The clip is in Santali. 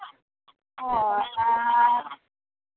ᱚ ᱟᱨ